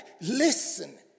listen